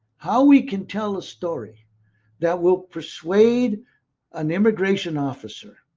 how we can tell a story that will persuade an immigration officer